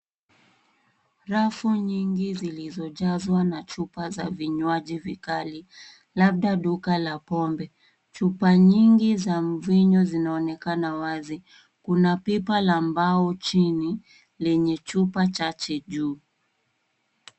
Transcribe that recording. Rafu nyingi zilizojazwa na chupa za vinywaji vikali labda duka la pombe. Chupa nyingi za mvinyo zinaonekana wazi. Kuna pipa la mbao chini lenye chupa chache juu.